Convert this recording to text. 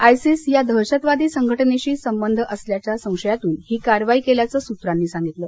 ISIS या दहशतवादी संघटनेशी संबंध असल्याच्या संशयातून ही कारवाई केल्याचं सूत्रांनी सांगितलं